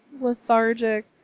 lethargic